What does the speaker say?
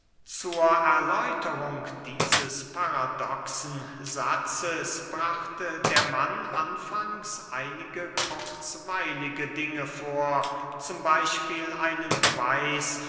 zur erläuterung dieses paradoxen satzes brachte der mann anfangs einige kurzweilige dinge vor z b einen beweis